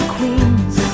Queens